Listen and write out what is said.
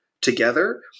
together